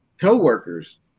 coworkers